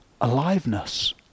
aliveness